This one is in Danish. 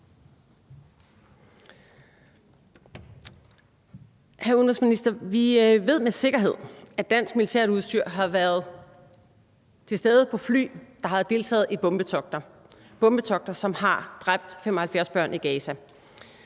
vi ved med sikkerhed, at dansk militærudstyr har været til stede på fly, der har deltaget i bombetogter – bombetogter, som har dræbt 75 børn i Gaza